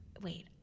wait